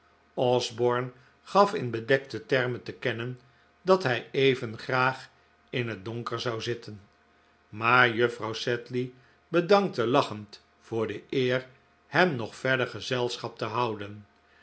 osborne gaf in bedekte termen te kennen dat hij even graag in het donker zou zitten maar juffrouw sedley bedankte lachend voor de eer hem nog verder gezelschap te houden